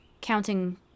counting